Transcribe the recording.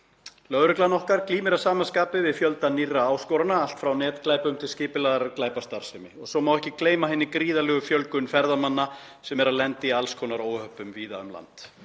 Lögreglan okkar glímir að sama skapi við fjölda nýrra áskorana, allt frá netglæpum til skipulagðrar glæpastarfsemi. Svo má ekki gleyma hinni gríðarlegu fjölgun ferðamanna sem eru að lenda í alls konar óhöppum víða um land.